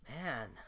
Man